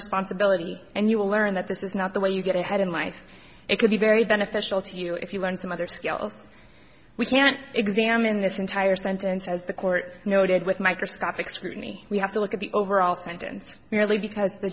responsibility and you will learn that this is not the way you get ahead in life it could be very beneficial to you if you learn some other skills we can't examine this entire sentence as the court noted with microscopic scrutiny we have to look at the overall sentence merely because the